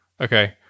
Okay